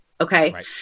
Okay